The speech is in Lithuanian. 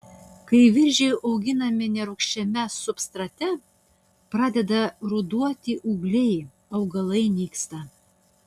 kai viržiai auginami nerūgščiame substrate pradeda ruduoti ūgliai augalai nyksta